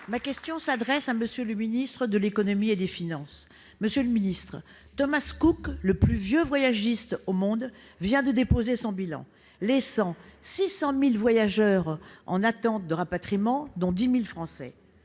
Ma question s'adresse à M. le ministre de l'économie et des finances. Monsieur le ministre, Thomas Cook, le plus vieux voyagiste au monde, vient de déposer le bilan, laissant 600 000 voyageurs en attente de rapatriement, dont 10 000 Français.